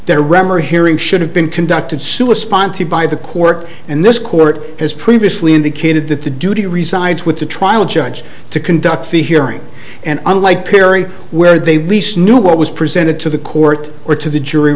raemer hearing should have been conducted sewer sponsored by the court and this court has previously indicated that the duty resides with the trial judge to conduct the hearing and unlike perry where they least knew what was presented to the court or to the jury